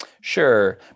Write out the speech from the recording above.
sure